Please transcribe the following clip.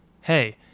hey